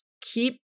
keep